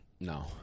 No